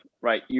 right